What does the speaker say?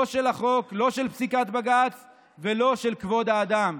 לא של החוק, לא של פסיקת בג"ץ ולא של כבוד האדם.